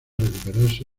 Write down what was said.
recuperarse